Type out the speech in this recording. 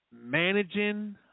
managing